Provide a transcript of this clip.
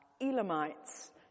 Elamites